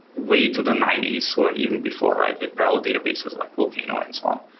way to the ninety s, or even before, right, with parallel databases like volcano and so on.